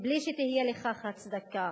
בלי שתהיה לכך הצדקה,